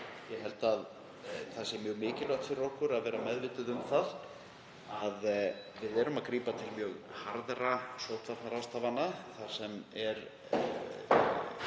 Ég held að það sé mjög mikilvægt fyrir okkur að vera meðvituð um það að við erum að grípa til mjög harðra sóttvarnaráðstafana þar sem eru